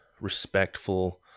respectful